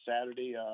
Saturday